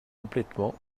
complètement